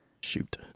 shoot